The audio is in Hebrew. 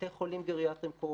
בתי חולים גריאטריים-קורונה,